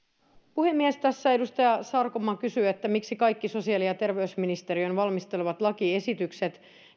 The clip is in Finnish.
puhemies tässä edustaja sarkomaa kysyi miksi kaikki sosiaali ja terveysministeriön valmistelemat lakiesitykset